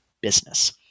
business